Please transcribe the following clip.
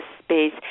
space